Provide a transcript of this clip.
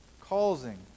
causing